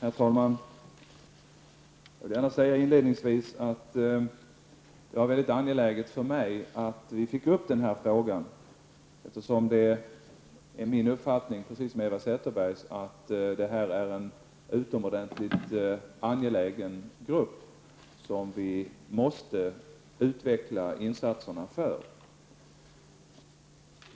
Herr talman! Inledningsvis vill jag säga att det var angeläget för mig att denna fråga togs upp, eftersom det är min -- precis som Eva Zetterbergs -- uppfattning att det rör sig om en utomordentligt angelägen grupp som insatserna måste utvecklas för.